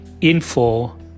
info